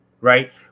right